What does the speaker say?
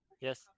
Yes